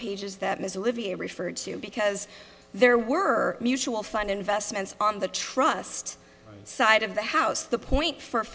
pages that mr livia referred to because there were mutual fund investments on the trust side of the house the point for